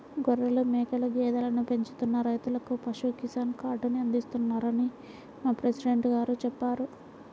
గొర్రెలు, మేకలు, గేదెలను పెంచుతున్న రైతులకు పశు కిసాన్ కార్డుని అందిస్తున్నారని మా ప్రెసిడెంట్ గారు చెప్పారు